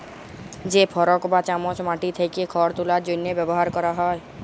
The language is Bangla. যে ফরক বা চামচ মাটি থ্যাকে খড় তুলার জ্যনহে ব্যাভার ক্যরা হয়